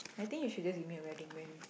I think you should just give me a wedding man